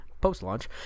post-launch